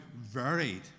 varied